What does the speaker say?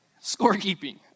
scorekeeping